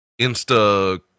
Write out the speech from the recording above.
Insta